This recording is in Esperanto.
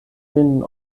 vin